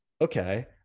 okay